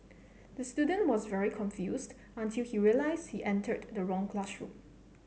the student was very confused until he realised he entered the wrong classroom